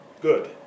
Good